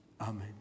Amen